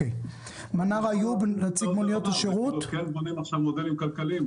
בונים כעת מודלים כלכליים,